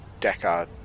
Deckard